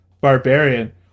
Barbarian